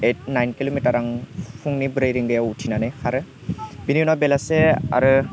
ओइद nine kilometre आं फुंनि ब्रै रिंगायाव उथिनानै खारो बेनि उनाव बेलासि आरो